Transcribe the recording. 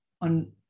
on